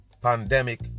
pandemic